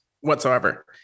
whatsoever